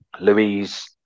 Louise